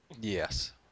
yes